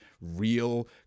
real